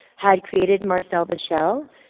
had created marcel the shell.